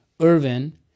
Irvin